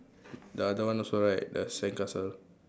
the other one also right the sandcastle